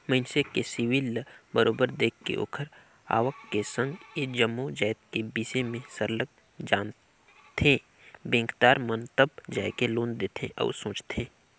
मइनसे के सिविल ल बरोबर देख के ओखर आवक के संघ ए जम्मो जाएत के बिसे में सरलग जानथें बेंकदार मन तब जाएके लोन देहे बर सोंचथे